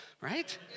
right